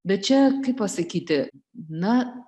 bet čia kaip pasakyti na